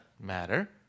matter